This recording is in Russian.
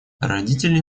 родители